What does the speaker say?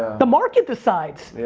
the market decides. yeah.